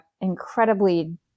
incredibly